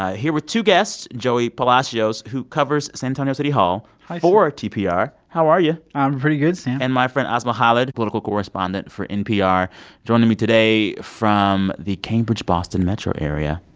ah here with two guests joey palacios, who covers san antonio city hall for tpr. how are you? i'm pretty good, sam and my friend asma khalid, political correspondent for npr joining me today from the cambridge-boston metro area,